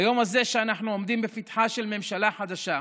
ביום הזה, כשאנחנו עומדים בפתחה של ממשלה חדשה,